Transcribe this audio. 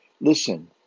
listen